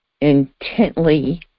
intently